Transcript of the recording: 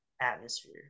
atmosphere